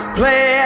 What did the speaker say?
play